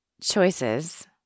choices